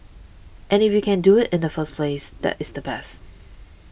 and if you can do it in the first pass that is the best